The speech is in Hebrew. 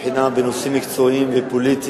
שמבחינה בין נושאים מקצועיים ופוליטיים,